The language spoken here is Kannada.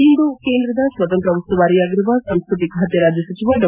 ಇಂದು ಕೇಂದ್ರದ ಸ್ವತಂತ್ರ ಉಸ್ತುವಾರಿಯಾಗಿರುವ ಸಂಸ್ಕತಿ ಖಾತೆ ರಾಜ್ಯ ಸಚಿವ ಡಾ